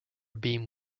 beam